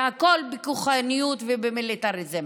והכול בכוחניות ובמיליטריזם.